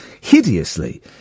hideously